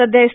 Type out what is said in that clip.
सध्या एस